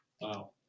Wow